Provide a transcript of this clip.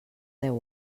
deu